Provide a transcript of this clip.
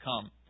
come